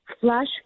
flash